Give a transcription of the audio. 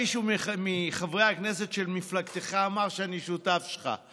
מישהו מחברי הכנסת של מפלגתך אמר שאני שותף שלך.